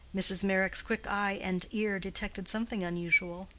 mrs. meyrick's quick eye and ear detected something unusual,